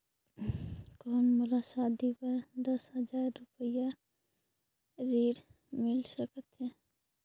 कौन मोला शादी बर दस हजार रुपिया ऋण मिल सकत है?